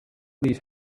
these